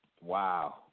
Wow